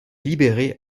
libéré